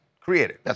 created